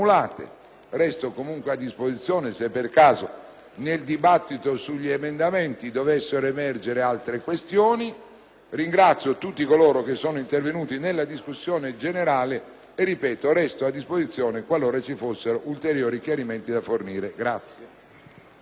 Resto comunque a disposizione, qualora nel dibattito sugli emendamenti dovessero emergere altre questioni. Ringrazio tutti coloro che sono intervenuti nella discussione generale e - ripeto - resto a disposizione qualora vi fossero ulteriori chiarimenti da fornire.